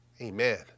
Amen